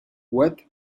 with